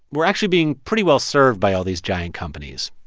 we're actually being pretty well-served by all these giant companies,